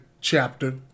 chapter